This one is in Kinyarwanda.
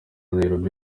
nairobi